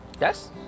Yes